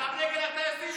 גם נגד הטייסים יש לך?